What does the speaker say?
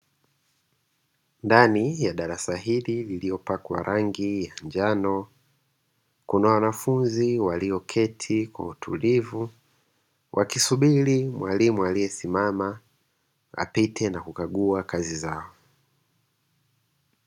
Ndani ya darasa hili iliyopakwa rangi ya njano, kuna wanafunzi walioketi kwa utulivu wakisubiri mwalimu aliyesimama apite na kukagua kazi zao.